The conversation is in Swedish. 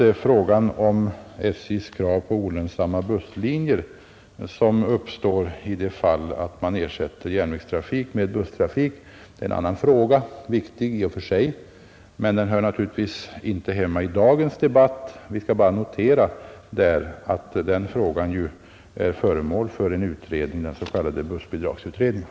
Frågan om olönsamma busslinjer som uppstår i de fall då man ersätter järnvägstrafik med busstrafik är, herr Enlund, en annan fråga. Den är viktig i och för sig men den hör inte hemma i dagens debatt. Jag vill bara notera att den frågan är föremål för utredning inom den s.k. bussbidragsutredningen.